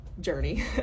journey